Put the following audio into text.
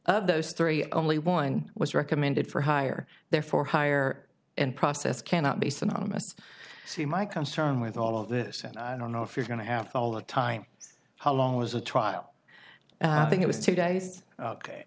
of those three only one was recommended for hire therefore hire and process cannot be synonymous see my concern with all of this and i don't know if you're going to have all the time how long was a trial i think it was two days o